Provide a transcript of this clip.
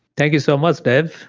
thank you so much, dave.